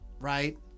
right